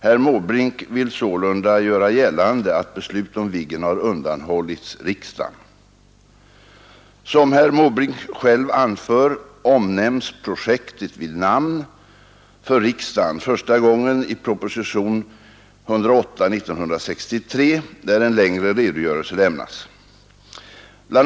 Herr Måbrink vill sålunda göra gällande att beslut om Viggen har undanhållits riksdagen. Som herr Måbrink själv anför nämndes projektet vid namn för riksdagen första gången i propositionen 108 år 1963, där en längre redogörelse lämnades. Bl.